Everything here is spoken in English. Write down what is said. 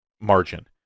margin